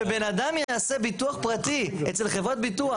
אז להגיד שיש חשש שבן אדם יעשה ביטוח פרטי אצל חברת ביטוח